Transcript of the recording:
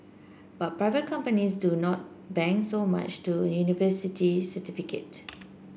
but private companies do not bank so much to university certificate